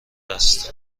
است